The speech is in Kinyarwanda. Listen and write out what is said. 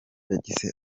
yagize